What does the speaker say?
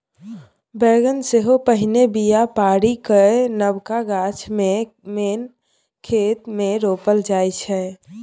बेगन सेहो पहिने बीया पारि कए नबका गाछ केँ मेन खेत मे रोपल जाइ छै